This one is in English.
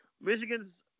Michigan's